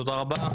תודה רבה.